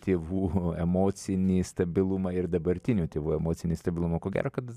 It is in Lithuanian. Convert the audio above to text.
tėvų emocinį stabilumą ir dabartinių tėvų emocinį stabilumą ko gero kad